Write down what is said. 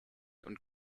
und